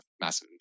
massive